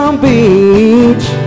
beach